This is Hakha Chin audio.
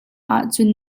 ahcun